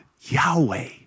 Yahweh